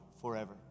forever